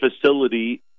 facility